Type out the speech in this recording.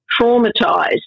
traumatized